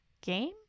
game